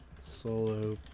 solo